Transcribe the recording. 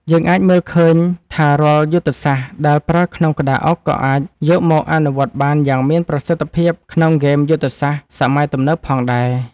យើងអាចមើលឃើញថារាល់យុទ្ធសាស្ត្រដែលប្រើក្នុងក្តារអុកក៏អាចយកមកអនុវត្តបានយ៉ាងមានប្រសិទ្ធភាពក្នុងហ្គេមយុទ្ធសាស្ត្រសម័យទំនើបផងដែរ។